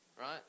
right